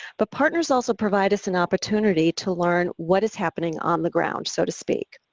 but partners also provide us an opportunity to learn what is happening on the ground, so to speak.